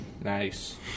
Nice